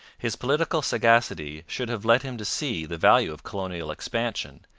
his political sagacity should have led him to see the value of colonial expansion,